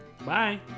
Bye